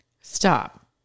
stop